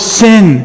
sin